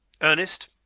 Ernest